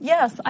Yes